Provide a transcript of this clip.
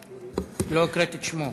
לא הקראת את שמו.